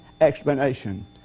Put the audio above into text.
explanation